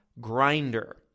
grinder